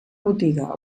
botiga